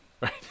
right